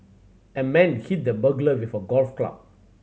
a man hit the burglar with a golf club